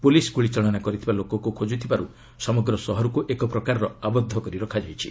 police ଗୁଳିଚାଳନା କରିଥିବା ଲୋକକୁ ଖୋଜୁଥିବାରୁ ସମଗ୍ର ସହରକୁ ଏକପ୍ରକାରର ଆବଦ୍ଧ କରି ରଖାଯାଇଛି